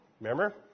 Remember